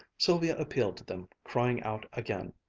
sylvia appealed to them, crying out again,